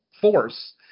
force